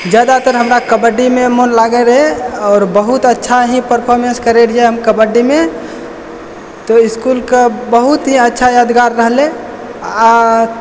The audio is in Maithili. जादातर हमरा कबड्डीमे मोन लागै रहै आओर बहुत अच्छा ही परफॉर्मेंस करैतरहियै हम कबड्डीमे तऽ स्कूलके बहुत ही अच्छा यादगार रहलय आ